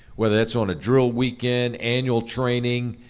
whether that's on a drill weekend, annual training,